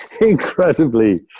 incredibly